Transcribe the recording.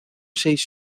seis